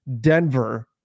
Denver